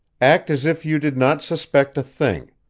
act as if you did not suspect a thing.